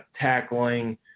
tackling